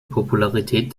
popularität